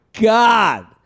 God